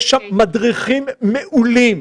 יש שם מדריכים מעולים,